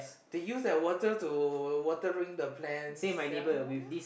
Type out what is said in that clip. they use that water to watering the plants ya